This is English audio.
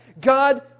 God